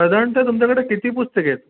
साधारणतः तुमच्याकडे किती पुस्तके आहेत